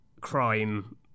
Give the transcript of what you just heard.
crime